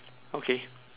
okay